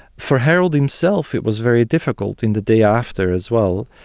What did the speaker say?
for harold himself it was very difficult in the day after as well,